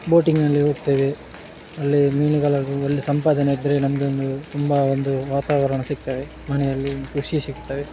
ಬೋಟಿಂಗ್ನಲ್ಲಿ ಹೋಗ್ತೇವೆ ಅಲ್ಲಿ ಮೀನುಗಳ ಒಳ್ಳೆ ಸಂಪಾದನೆ ಇದ್ದರೆ ನಮಗೆ ಒಂದು ತುಂಬ ಒಂದು ವಾತಾವರಣ ಸಿಗ್ತದೆ ಮನೆಯಲ್ಲಿ ಖುಷಿ ಸಿಗ್ತದೆ